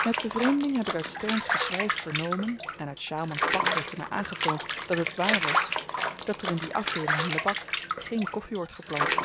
met bevreemding heb ik uit stern's geschryf vernomen en uit sjaalman's pak heeft hy me aangetoond dat het waar was dat er in die afdeeling lebak geen koffi wordt geplant